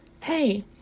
Hey